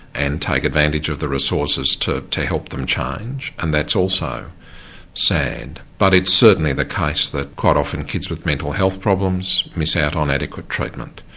and take advantage of the resources resources to help them change, and that's also sad. but it's certainly the case that quite often kids with mental health problems miss out on adequate treatment.